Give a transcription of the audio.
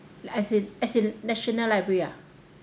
like as in as in national library ah